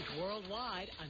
worldwide